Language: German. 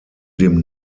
dem